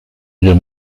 guerre